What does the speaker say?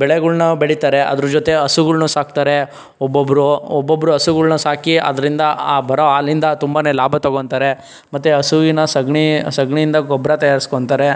ಬೆಳೆಗಳನ್ನ ಬೆಳೀತಾರೆ ಅದ್ರ ಜೊತೆ ಹಸುಗಳನ್ನು ಸಾಕ್ತಾರೆ ಒಬ್ಬೊಬ್ಬರೂ ಒಬ್ಬೊಬ್ರು ಹಸುಗಳನ್ನ ಸಾಕಿ ಅದರಿಂದ ಆ ಬರೋ ಹಾಲಿನಿಂದ ತುಂಬನೇ ಲಾಭ ತಗೋತಾರೆ ಮತ್ತು ಹಸುವಿನ ಸಗಣಿ ಸಗಣಿಯಿಂದ ಗೊಬ್ಬರ ತಯಾರಿಸ್ಕೋತಾರೆ